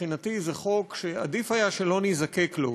שמבחינתי זה חוק שעדיף היה שלא נזדקק לו,